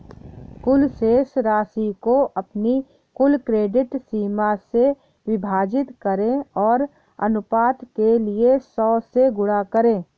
कुल शेष राशि को अपनी कुल क्रेडिट सीमा से विभाजित करें और अनुपात के लिए सौ से गुणा करें